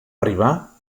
arribar